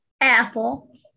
apple